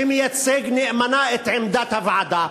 שמייצג נאמנה את עמדת הוועדה,